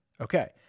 Okay